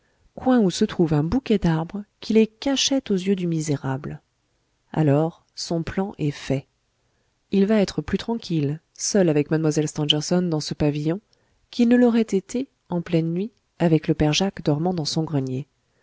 coin où se trouve un bouquet d'arbres qui les cachait aux yeux du misérable alors son plan est fait il va être plus tranquille seul avec mlle stangerson dans ce pavillon qu'il ne l'aurait été en pleine nuit avec le père jacques dormant dans son grenier